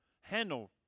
handle